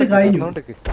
and ideologically